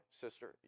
sister